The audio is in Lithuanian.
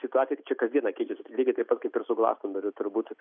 situacija tai čia kas dieną keičiasi lygiai taip pat kaip ir glastonberiu turbūt